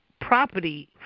property